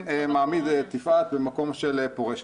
-- בעיני כן מעמיד את יפעת במקום של פורשת.